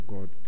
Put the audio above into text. God